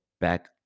back